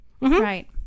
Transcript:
Right